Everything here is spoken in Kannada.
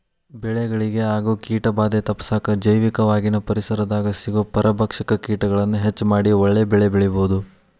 ಬೆಳೆಗಳಿಗೆ ಆಗೋ ಕೇಟಭಾದೆ ತಪ್ಪಸಾಕ ಜೈವಿಕವಾಗಿನ ಪರಿಸರದಾಗ ಸಿಗೋ ಪರಭಕ್ಷಕ ಕೇಟಗಳನ್ನ ಹೆಚ್ಚ ಮಾಡಿ ಒಳ್ಳೆ ಬೆಳೆಬೆಳಿಬೊದು